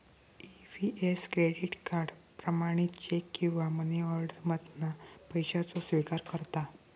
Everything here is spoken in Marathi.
ई.वी.एस क्रेडिट कार्ड, प्रमाणित चेक किंवा मनीऑर्डर मधना पैशाचो स्विकार करता